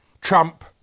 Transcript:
trump